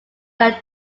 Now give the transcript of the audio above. than